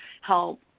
help